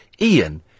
Ian